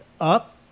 up